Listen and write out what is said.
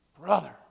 Brother